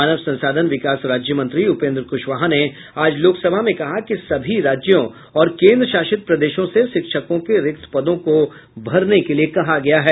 मानव संसाधन विकास राज्यमंत्री उपेन्द्र कुशवाहा ने आज लोकसभा में कहा कि सभी राज्यों और केन्द्र शासित प्रदेशों से शिक्षकों के रिक्त पदों को भरने के लिये कहा गया है